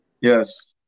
Yes